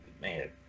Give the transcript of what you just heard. man